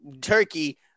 turkey